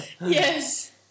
Yes